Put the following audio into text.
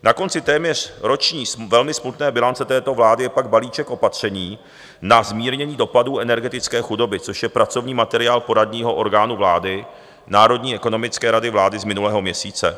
Na konci téměř roční velmi smutné bilance této vlády je pak balíček opatření na zmírnění dopadu energetické chudoby, což je pracovní materiál poradního orgánu vlády Národní ekonomické rady vlády z minulého měsíce.